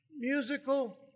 musical